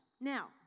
Now